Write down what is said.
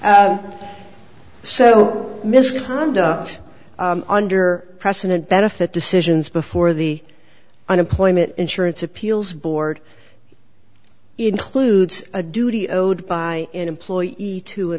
ok so misconduct under precedent benefit decisions before the unemployment insurance appeals board includes a duty owed by an employee to an